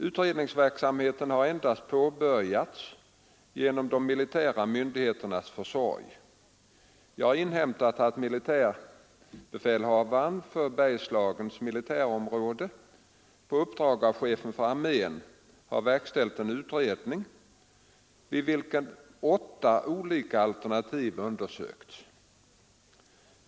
Utredningsverksamheten har endast påbörjats genom de militära myndigheternas försorg. Jag har inhämtat att militärbefälhavaren för Bergslagens militärområde på uppdrag av chefen för armén har verkställt en utredning, vid vilken åtta olika alternativ undersökts.